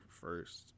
first